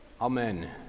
Amen